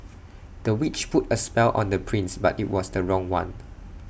the witch put A spell on the prince but IT was the wrong one